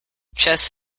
chess